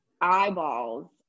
eyeballs